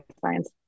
science